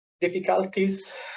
difficulties